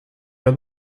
mehr